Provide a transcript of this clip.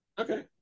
okay